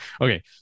Okay